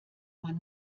man